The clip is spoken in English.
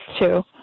two